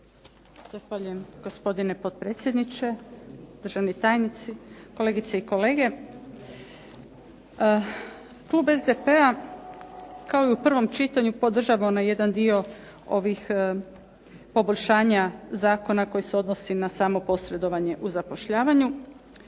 Zahvaljujem gospodine potpredsjedniče. Državni tajnici, kolegice i kolege. Klub SDP-a kao i u prvom čitanju podržava onaj jedan dio poboljšanja zakona koje se odnosi na samo posredovanje u zapošljavanju.